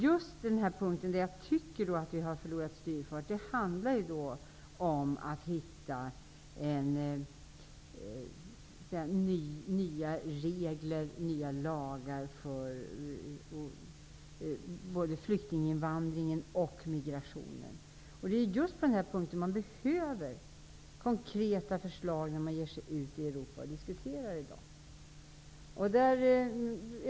Just den punkt där jag tycker att man har förlorat styrfart är den som handlar om att hitta nya regler, nya lagar, för både flyktinginvandringen och migrationen. På den punkten behöver man konkreta förslag när man i dag ger sig ut i Europa och diskuterar.